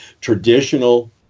traditional